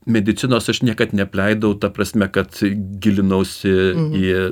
medicinos aš niekad neapleidau ta prasme kad gilinausi į